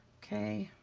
okay.